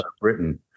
Britain